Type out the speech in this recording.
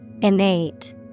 Innate